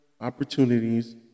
opportunities